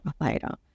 later